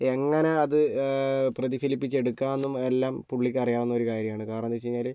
എങ്ങനെ അത് പ്രതിഫലിപ്പിച്ച് എടുക്കാമെന്നും എല്ലാം പുള്ളിക്കറിയാവുന്നൊരു കാര്യമാണ് കാരണമെന്ന് വെച്ച് കഴിഞ്ഞാൽ